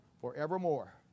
forevermore